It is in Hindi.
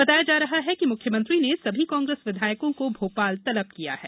बताया जा रहा है कि मुख्यमंत्री ने सभी कांग्रेस विधायकों को भोपाल तलब किया है